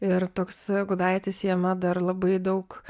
ir toks gudaitis jame dar labai daug